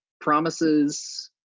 promises